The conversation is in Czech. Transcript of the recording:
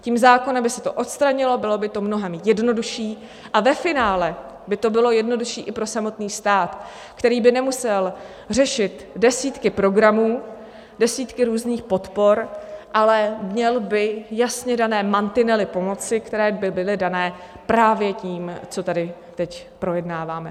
Tím zákonem by se to odstranilo, bylo by to mnohem jednodušší a ve finále by to bylo jednodušší i pro samotný stát, který by nemusel řešit desítky programů, desítky různých podpor, ale měl by jasně dané mantinely pomoci, které by byly dané právě tím, co tady teď projednáváme.